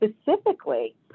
specifically